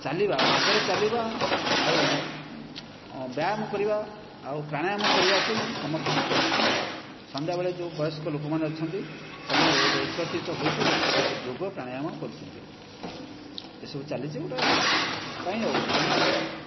ଚାଲିବା ପାଦରେ ଚାଲିବା ଆଉ ବ୍ୟାୟାମ୍ କରିବା ଆଉ ପ୍ରାଣାୟାମ କରିବାକୁ ହିଁ ସମସ୍ତେ ବି କରୁଛନ୍ତି ସନ୍ଧ୍ୟାବେଳେ ଯେଉଁ ବୟସ୍କ ଲୋକମାନେ ଅଛନ୍ତି ସେମାନେ ଗୋଟିଏ ଏକତ୍ରିତ ହୋଇକି ବସିକି ସେ ଯୋଗ ପ୍ରାଣାୟାମ କରୁଛନ୍ତି ଏସବୁ ଚାଲିଛି ଗୋଟିଏ ଉପାୟ ଆଉ ତେଣୁ